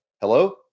Hello